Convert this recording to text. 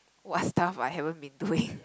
what's stuff I haven't been doing